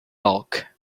bulk